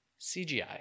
CGI